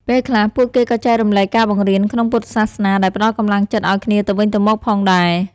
ពេលខ្លះ ពួកគេក៏ចែករំលែកការបង្រៀនក្នុងពុទ្ធសាសនាដែលផ្តល់កម្លាំងចិត្តឱ្យគ្នាទៅវិញទៅមកផងដែរ។